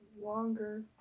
longer